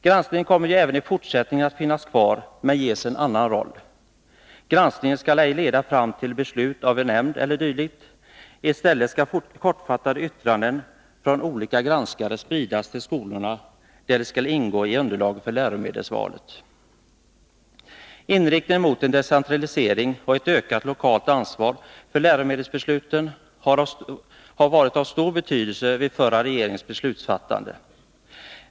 Granskningen kommer ju även i fortsättningen att finnas kvar, men den ges en annan roll. Granskningen skall ej leda fram till beslut av en nämnd e.d. I stället skall kortfattade yttranden från olika granskare spridas till skolorna, där de skall ingå i underlaget för läromedelsvalet. Inriktningen mot en decentralisering och ett ökat lokalt ansvar för läromedelsbesluten var av stor betydelse för den förra regeringen vid beslutsfattandet.